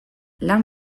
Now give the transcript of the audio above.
lan